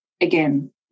again